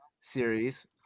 series